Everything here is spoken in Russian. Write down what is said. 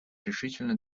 решительно